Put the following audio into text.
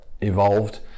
evolved